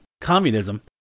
communism